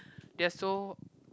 they are so